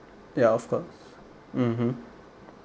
ya of course mmhmm